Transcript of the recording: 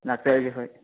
ꯂꯥꯛꯆꯔꯒꯦ ꯍꯣꯏ